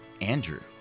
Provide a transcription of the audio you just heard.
Andrew